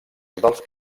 dels